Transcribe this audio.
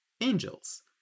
Angels